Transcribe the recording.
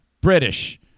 British